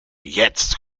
jetzt